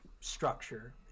structure